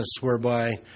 whereby